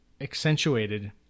accentuated